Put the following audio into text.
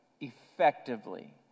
effectively